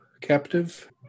captive